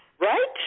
Right